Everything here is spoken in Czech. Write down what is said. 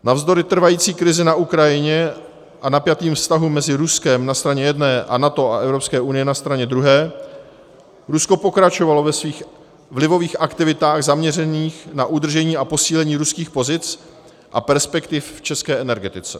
Navzdory trvající krizi na Ukrajině a napjatým vztahům mezi Ruskem na straně jedné a NATO a Evropskou unií na straně druhé Rusko pokračovalo ve svých vlivových aktivitách zaměřených na udržení a posílení ruských pozic a perspektiv v české energetice.